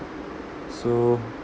so